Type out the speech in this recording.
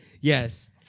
Yes